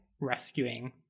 rescuing